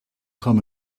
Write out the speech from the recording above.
come